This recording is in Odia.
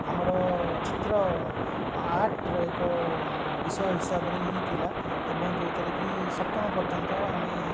ଆମର ଚିତ୍ର ଆର୍ଟର ଏକ ବିଷୟ ହିସାବରେ ହିଁ ଥିଲା ଏବଂ ଯେଉଁଥିରେ କି ସପ୍ତମ ପର୍ଯ୍ୟନ୍ତ ଆମେ